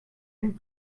and